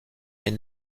est